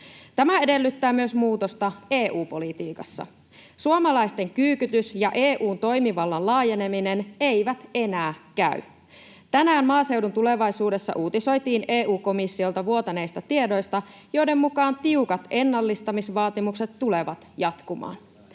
Tämä edellyttää myös muutosta EU-politiikassa. Suomalaisten kyykytys ja EU:n toimivallan laajeneminen eivät enää käy. Tänään Maaseudun Tulevaisuudessa uutisoitiin EU-komissiolta vuotaneista tiedoista, joiden mukaan tiukat ennallistamisvaatimukset tulevat jatkumaan.